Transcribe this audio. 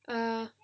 ah